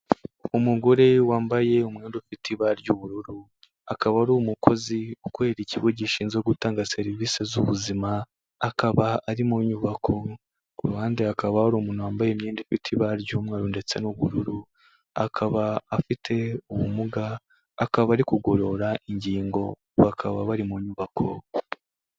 Umugore wambaye umwenda ufite ibara ry'ubururu, akaba ari umukozi ukorera ikigo gishinzwe gutanga service z'ubuzima, akaba ari mu nyubako ku ruhande hakaba hari umuntu wambaye imyenda ifite ibara ry'umweru ndetse n'ubururu, akaba afite ubumuga, akaba ari kugorora ingingo, bakaba bari mu nyubako.